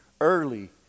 early